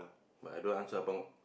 but I don't answer abang